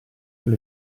per